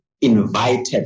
invited